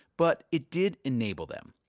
but it did enable them.